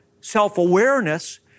self-awareness